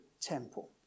temple